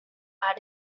are